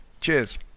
Cheers